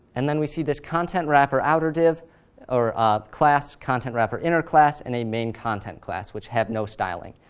and then we see this content-wrapper-outer div or um class content-wrapper-inner class, and a main-content class which have no styling.